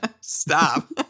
Stop